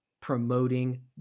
promoting